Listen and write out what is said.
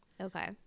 Okay